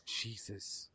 jesus